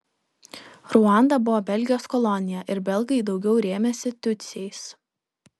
ruanda buvo belgijos kolonija ir belgai daugiau rėmėsi tutsiais